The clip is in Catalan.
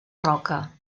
roca